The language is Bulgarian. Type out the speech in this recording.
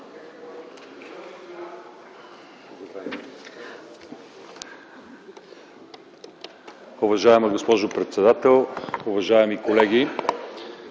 Уважаема госпожо председател, уважаеми колеги!